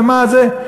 ומה זה?